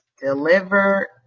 deliver